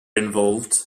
involved